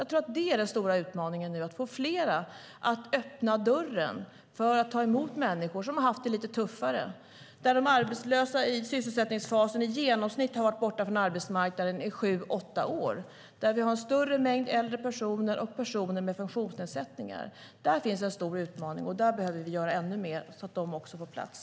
Jag tror att den stora utmaningen nu är att få fler att öppna dörren och ta emot människor som har haft det lite tuffare, arbetslösa i sysselsättningsfasen som har varit borta från arbetsmarknaden i sju åtta år, där vi har en större mängd äldre personer och personer med funktionsnedsättningar. Där finns en stor utmaning, och där behöver vi göra ännu mer så att också de får plats.